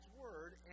Word